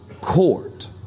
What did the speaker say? court